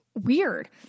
weird